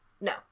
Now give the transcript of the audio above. no